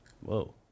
Whoa